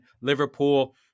Liverpool